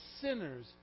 sinners